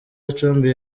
gicumbi